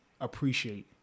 appreciate